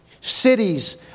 cities